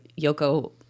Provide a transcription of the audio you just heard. Yoko